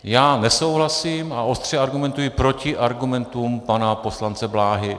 Já nesouhlasím a ostře argumentuji proti argumentům pana poslance Bláhy.